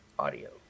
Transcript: audio